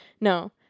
no